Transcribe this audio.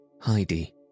Heidi